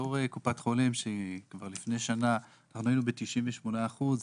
כקופת חולים שכבר לפני שנה היינו ב-98 אחוזים,